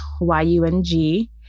Y-U-N-G